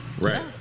Right